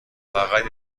فقط